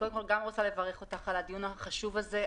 על הדיון החשוב הזה.